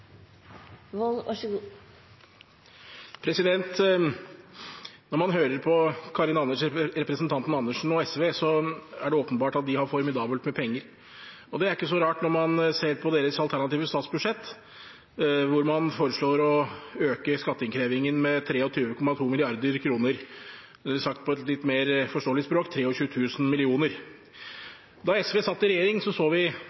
det åpenbart at de har formidabelt med penger. Det er ikke så rart når man ser på deres alternative statsbudsjett, hvor man foreslår å øke skatteinnkrevingen med 23,2 mrd. kr eller – sagt på et litt mer forståelig språk – 23 000 mill. kr. Da SV satt i regjering, så vi